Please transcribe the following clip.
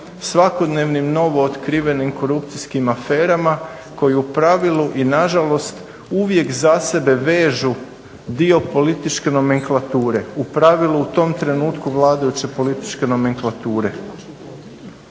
svakodnevnim novo otkrivenim korupcijskim aferama koje u pravili i nažalost uvijek za sebe vežu dio političke nomenklature, u pravilu u tom trenutku vladajuće političke nomenklature.